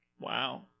Wow